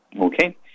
Okay